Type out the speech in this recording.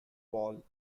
paul